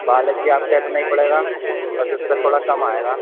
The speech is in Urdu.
پالک بھی آپ کا اتنا ہی پڑے گا بس اِس کا تھوڑا کم آئے گا